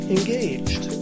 Engaged